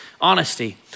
honesty